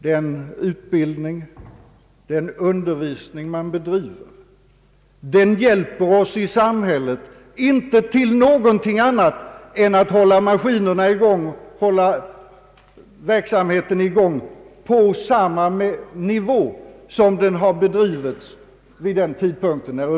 Den undervisning som bedrivs, hjälper oss i samhället inte till något annat än att hålla verksamheten i gång på oförändrad nivå.